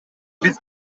биз